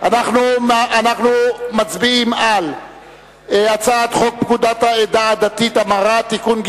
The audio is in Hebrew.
אנחנו מצביעים על הצעת חוק לתיקון פקודת העדה הדתית (המרה) (תיקון,